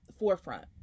forefront